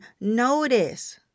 notice